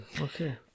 okay